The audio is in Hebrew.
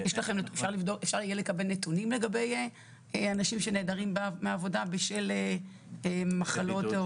אפשר יהיה לקבל נתונים לגבי אנשים שנעדרים מהעבודה בשל מחלות בני